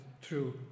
true